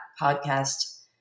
podcast